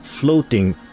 floating